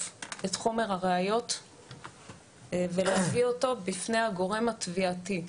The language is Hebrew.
את חומר הראיות ולהביא אותו בפני הגורם התביעתי.